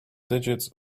digits